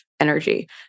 energy